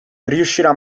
riuscirà